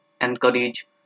encourage